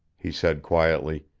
he said quietly